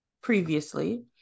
previously